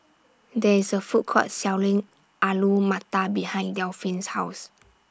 There IS A Food Court Selling Alu Matar behind Delphin's House